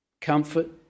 comfort